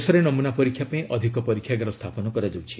ଦେଶରେ ନମ୍ରନା ପରୀକ୍ଷା ପାଇଁ ଅଧିକ ପରୀକ୍ଷାଗାର ସ୍ଥାପନ କରାଯାଉଛି